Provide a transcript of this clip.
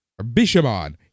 Bishamon